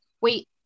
wait